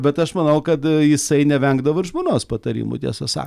bet aš manau kad jisai nevengdavo ir žmonos patarimų tiesą sa